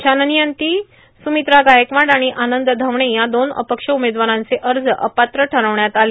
छाननीअंती स्र्ममत्रा गायकवाड आर्गण आनंद धवणे या दोन अपक्ष उमेदवारांचे अज अपात्र ठर्रावण्यात आले